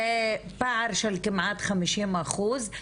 זה פער של כמעט חמישים אחוז,